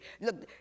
look